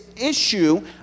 issue